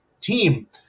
team